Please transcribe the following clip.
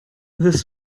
this